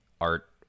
art